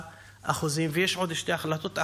83%. ויש עוד שתי החלטות,